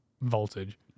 voltage